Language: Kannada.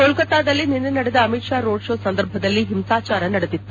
ಕೊಲ್ತತಾದಲ್ಲಿ ನಿನ್ನೆ ನಡೆದ ಅಮಿತ್ ಷಾ ರೋಡ್ ಶೋ ಸಂದರ್ಭದಲ್ಲಿ ಹಿಂಸಾಚಾರ ನಡೆದಿತ್ತು